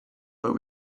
but